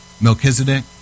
Melchizedek